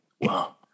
Wow